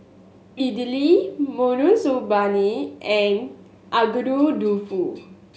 Idili Monsunabe and Agedashi Dofu